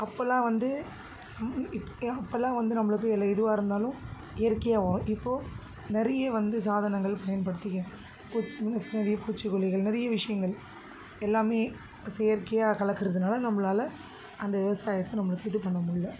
அப்போல்லாம் வந்து இப் அப்போல்லாம் வந்து நம்மளுக்கு எல்ல எதுவாக இருந்தாலும் இயற்கையாகவும் இப்போது நிறைய வந்து சாதனங்கள் பயன்படுத்திக்கி பூச்சிக்கொல்லிகள் நிறைய விஷயங்கள் எல்லாமே செயற்கையாக கலக்கிறதுனால நம்மளால அந்த விவசாயத்தை நம்மளுக்கு இது பண்ண முடியல